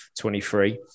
23